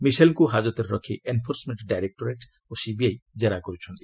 ମିସେଲଙ୍କୁ ହାକତରେ ରଖି enforcement directorate ଓ ସିବିଆଇ ଜେରା କରୁଛନ୍ତି